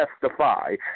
testify